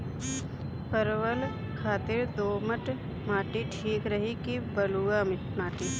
परवल खातिर दोमट माटी ठीक रही कि बलुआ माटी?